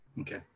okay